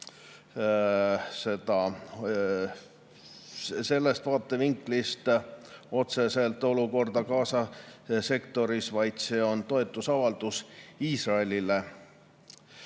sellest vaatevinklist otseselt olukorda Gaza sektoris, vaid see on toetusavaldus Iisraelile.